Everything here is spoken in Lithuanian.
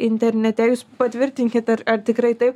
internete jūs patvirtinkit ar ar tikrai taip